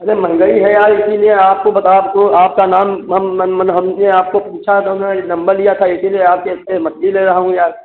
अरे महेंगाई है यार इसीलिए आपको बता अब तो आपका नाम हम मन मन हमने आपको पूछा तो हमने कहा ये नम्बर लिया था इसीलिए आपके इतने मछली ले रहा हूँ यार